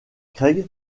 craig